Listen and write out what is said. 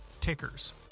tickers